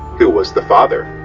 who was the father